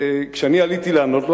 כשאני עליתי לענות לו,